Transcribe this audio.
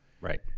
Right